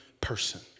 person